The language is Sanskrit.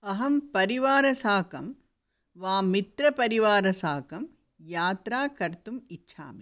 अहं परिवारसाकं वा मित्रपरिवारसाकं यात्रा कर्तुम् इच्छामि